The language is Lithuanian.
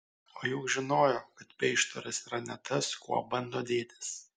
o juk žinojo kad peištaras yra ne tas kuo bando dėtis